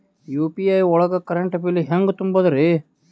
UPI ಒಳಗ current bill ಹೆಂಗ್ ತುಂಬದ್ರಿ?